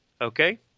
Okay